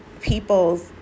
people's